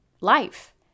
life